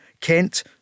Kent